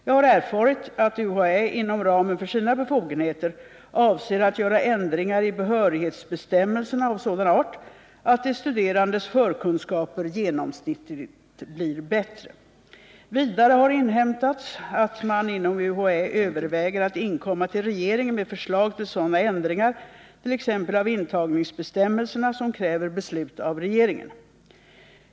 Jag har erfarit att UHÄ inom ramen för sina befogenheter avser att göra ändringar i behörighetsbestämmelserna av sådan art, att de studerandes förkunskaper genomsnittligt blir bättre. Vidare har inhämtats att man inom UHÄ överväger att inkomma till regeringen med förslag till sådana ändringar, t.ex. av intagningsbestämmelserna, som kräver beslut av regeringen.